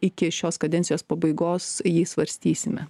iki šios kadencijos pabaigos jį svarstysime